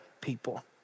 people